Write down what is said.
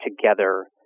together